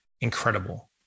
incredible